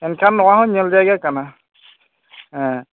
ᱮᱱᱠᱷᱟᱱ ᱱᱚᱣᱟ ᱦᱚᱸ ᱧᱮᱞ ᱡᱟᱭᱜᱟ ᱠᱟᱱᱟ